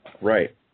Right